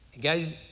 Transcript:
Guys